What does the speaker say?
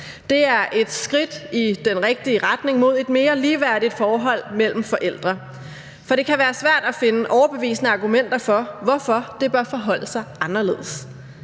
Det er et skridt i den rigtige retning mod et mere ligeværdigt forhold mellem forældre, for det kan være svært at finde overbevisende argumenter for, hvorfor det bør forholde sig anderledes.